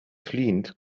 fliehend